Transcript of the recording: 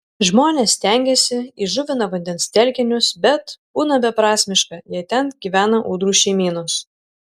žmonės stengiasi įžuvina vandens telkinius bet būna beprasmiška jei ten gyvena ūdrų šeimynos